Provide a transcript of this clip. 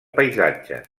paisatge